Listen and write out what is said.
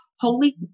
holy